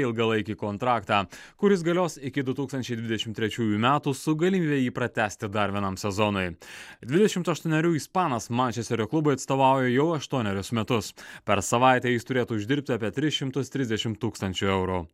ilgalaikį kontraktą kuris galios iki du tūkstančiai dvidešimt trečiųjų metų su galimybe jį pratęsti dar vienam sezonui dvidešimt aštuonerių ispanas mančesterio klubui atstovauja jau aštuonerius metus per savaitę jis turėtų uždirbti apie tris šimtus trisdešimt tūkstančių eurų